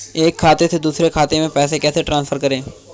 एक खाते से दूसरे खाते में पैसे कैसे ट्रांसफर करें?